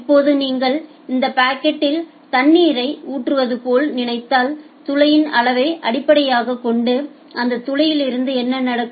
இப்போது நீங்கள் அந்த பக்கெட்யில் தண்ணீரை ஊற்றுவது போல் நினைத்தால் துளையின் அளவை அடிப்படையாகக் கொண்டு அந்த துளையிலிருந்து என்ன நடக்கும்